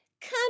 Come